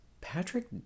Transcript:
Patrick